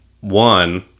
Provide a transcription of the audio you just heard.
One